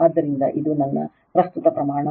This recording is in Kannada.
ಆದ್ದರಿಂದ ಇದು ನನ್ನ ಪ್ರಸ್ತುತ ಪ್ರಮಾಣ